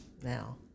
now